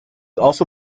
also